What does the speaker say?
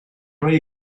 ray